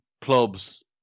clubs